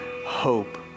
hope